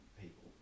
people